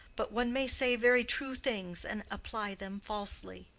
but one may say very true things and apply them falsely.